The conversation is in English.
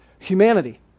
humanity